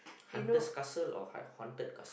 hunter's castle or haunted castle